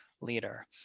leader